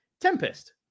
Tempest